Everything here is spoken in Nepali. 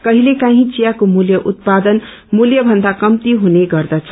कहिले काश्री थियाको मूल्य उत्पादन मूल्यभन्दा कम्ती हुने गर्दछ